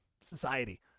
society